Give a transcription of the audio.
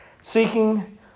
seeking